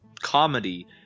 comedy